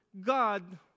God